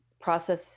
process